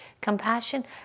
compassion